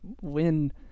win